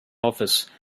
office